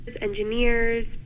engineers